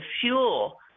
fuel